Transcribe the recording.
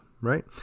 right